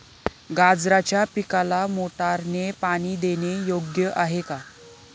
गाजराच्या पिकाला मोटारने पाणी देणे योग्य आहे का?